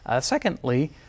Secondly